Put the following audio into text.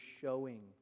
showing